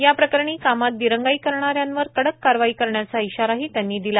याप्रकरणी कामात दिरंगाई करणाऱ्यांवर कडक कारवाई करण्याचा इशाराही त्यांनी दिला